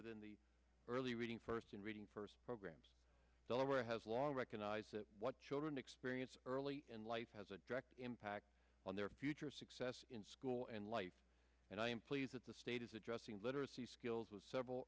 with in the early reading first and reading first programs delaware has long recognized that what children experience early in life has a direct impact on their future success in school and life and i am pleased that the state is addressing literacy skills with several